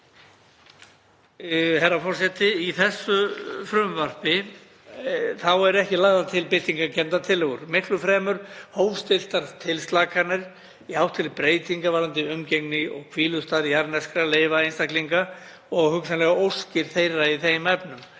eru ekki lagðar til byltingarkenndar tillögur, miklu fremur hófstilltar tilslakanir í átt til breytinga varðandi umgengni og hvílustað jarðneskra leifa einstaklinga og hugsanlegar óskir þeirra í þeim efnum.